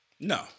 No